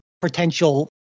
potential